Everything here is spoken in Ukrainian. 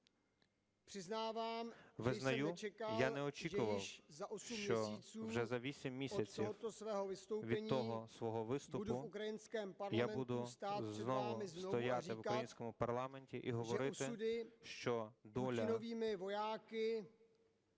очікував, що вже за вісім місяців від того свого виступу я буду знову стояти в українському парламенті і говорити, що доля